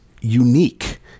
unique